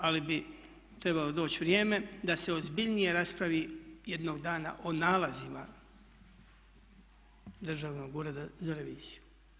Ali bi trebalo doći vrijeme da se ozbiljnije raspravi jednog dana o nalazima Državnog ureda za reviziju.